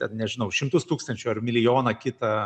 ten nežinau šimtus tūkstančių ar milijoną kitą